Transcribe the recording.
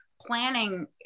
planning